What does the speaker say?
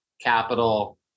capital